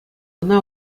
ӑна